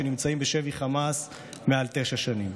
שנמצאים בשבי חמאס מעל תשע שנים.